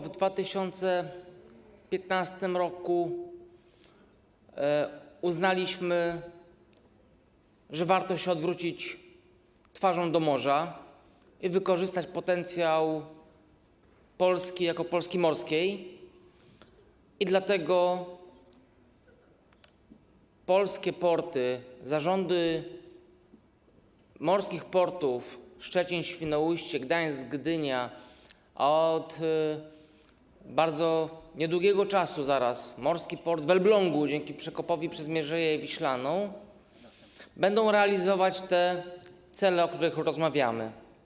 W 2015 r. uznaliśmy, że warto się odwrócić twarzą do morza i wykorzystać potencjał Polski jako Polski morskiej, dlatego polskie porty, zarządy morskich portów Szczecin, Świnoujście, Gdańsk, Gdynia, a od bardzo niedługiego czasu zaraz morski port w Elblągu dzięki przekopowi przez Mierzeję Wiślaną będą realizować te cele, o których rozmawiamy.